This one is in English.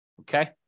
Okay